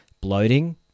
Bloating